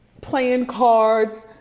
playing cards,